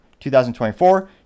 2024